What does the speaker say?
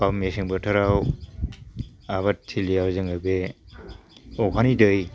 बा मेसें बोथोराव आबादथिलियाव जोङो बे अखानि दै